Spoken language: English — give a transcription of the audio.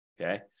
Okay